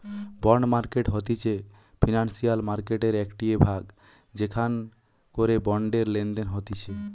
bond market হতিছে financial মার্কেটের একটিই ভাগ যেখান করে বন্ডের লেনদেন হতিছে